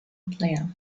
blair